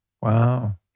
Wow